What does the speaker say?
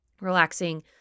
relaxing